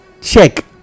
check